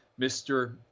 Mr